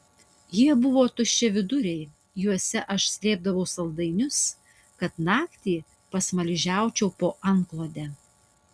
jie buvo tuščiaviduriai juose aš slėpdavau saldainius kad naktį pasmaližiaučiau po antklode